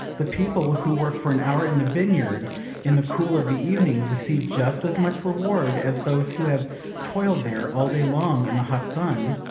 the people who work for an hour in the vineyard in the cool of the evening receive just as much reward as those who have toiled there all day long in the hot sun.